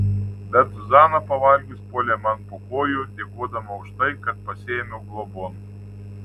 bet zuzana pavalgius puolė man po kojų dėkodama už tai kad pasiėmiau globon